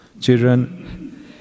children